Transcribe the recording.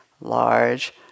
large